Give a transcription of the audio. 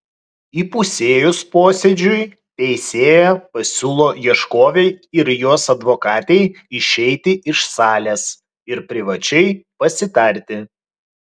įpusėjus posėdžiui teisėja pasiūlo ieškovei ir jos advokatei išeiti iš salės ir privačiai pasitarti